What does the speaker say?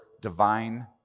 divine